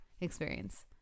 experience